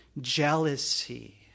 jealousy